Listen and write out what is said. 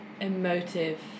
emotive